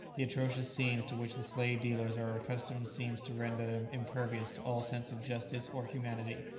the atrocious scenes to which the slave-dealers are accustomed seems to render them impervious to all sense of justice or humanity,